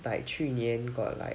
like 去年 got like